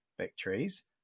victories